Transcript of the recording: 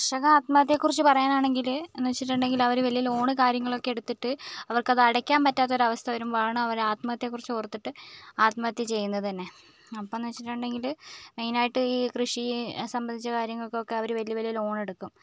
കർഷക ആത്മഹത്യയെക്കുറിച്ച് പറയാനാണെങ്കില് എന്ന് വച്ചിട്ടുണ്ടെങ്കിൽ അവര് വലിയ ലോണ് കാര്യങ്ങളൊക്കേ എടുത്തിട്ട് അവർക്കത് അടയ്ക്കാൻ പറ്റാത്തൊരസ്ഥ വരുമ്പഴാണ് അവര് ആത്മഹത്യയെക്കുറിച്ച് ഓർത്തിട്ട് ആത്മഹത്യ ചെയ്യുന്നത് തന്നെ അപ്പം എന്ന് വച്ചിട്ടുണ്ടെങ്കില് മെയിൻ ആയിട്ട് ഈ കൃഷി സംബന്ധിച്ച കാര്യങ്ങൾക്കൊക്കെ അവര് വലിയ വലിയ ലോണ് എടുക്കും